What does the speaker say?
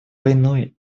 войной